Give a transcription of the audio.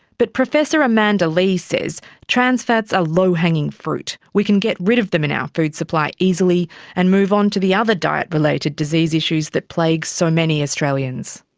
but professor amanda lee says trans fats are ah low hanging fruit, we can get rid of them in our food supply easily and move on to the other diet-related disease issues that plague so many australians.